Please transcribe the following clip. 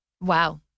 Wow